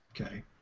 Okay